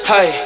Hey